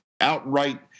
outright